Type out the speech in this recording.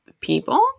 people